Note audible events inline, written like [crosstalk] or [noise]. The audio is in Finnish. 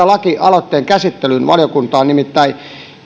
[unintelligible] lakialoitteen käsittelyyn valiokuntaan nimittäin